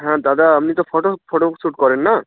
হ্যাঁ দাদা আপনি তো ফটো ফটো শ্যুট করেন না